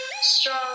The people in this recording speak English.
Strong